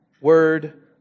Word